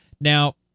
Now